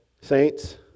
Saints